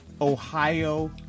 Ohio